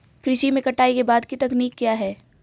कृषि में कटाई के बाद की तकनीक क्या है?